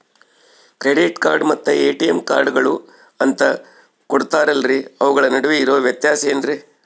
Credit card ಮತ್ತ ATM ಕಾರ್ಡುಗಳು ಅಂತಾ ಕೊಡುತ್ತಾರಲ್ರಿ ಅವುಗಳ ನಡುವೆ ಇರೋ ವ್ಯತ್ಯಾಸ ಏನ್ರಿ?